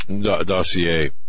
dossier